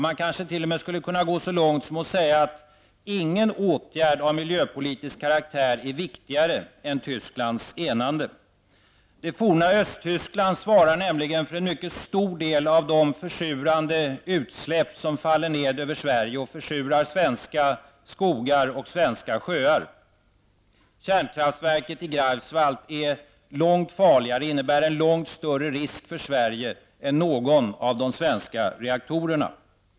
Man kanske t.o.m. skulle kunna gå så långt som att säga att ingen åtgärd av miljöpolitisk karaktär är viktigare än Tysklands enande. Det forna Östtyskland svarar nämligen för en mycket stor del av de försurande utsläpp som faller ned över Sverige och försurar svenska skogar och svenska sjöar. Kärnkraftverket i Greifswald är långt farligare och innebär en långt större risk för Sverige än någon av de svenska reaktorerna.